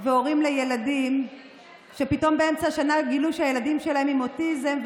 והורים לילדים שפתאום באמצע השנה גילו שהילדים שלהם עם אוטיזם,